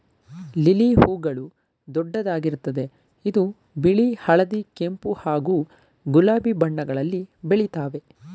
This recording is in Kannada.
ಲಿಲಿ ಹೂಗಳು ದೊಡ್ಡದಾಗಿರ್ತದೆ ಇದು ಬಿಳಿ ಹಳದಿ ಕೆಂಪು ಹಾಗೂ ಗುಲಾಬಿ ಬಣ್ಣಗಳಲ್ಲಿ ಬೆಳಿತಾವೆ